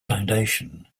foundation